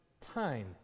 time